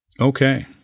Okay